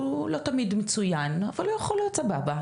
הוא לא תמיד מצוין אבל הוא יכול להיות סבבה,